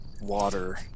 water